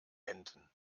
enten